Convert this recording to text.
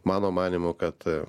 mano manymu kad